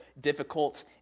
difficult